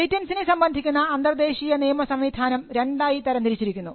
പേറ്റന്റ്സിനെ സംബന്ധിക്കുന്ന അന്തർദേശീയ നിയമസംവിധാനം രണ്ടായി തരംതിരിച്ചിരിക്കുന്നു